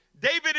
David